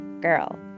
girl